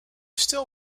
still